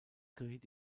geriet